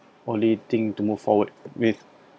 only thing to move forward with